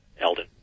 Eldon